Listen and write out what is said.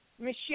Michelle